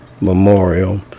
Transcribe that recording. memorial